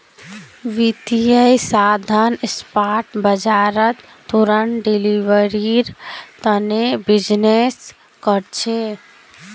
वित्तीय साधन स्पॉट बाजारत तुरंत डिलीवरीर तने बीजनिस् कर छे